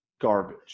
garbage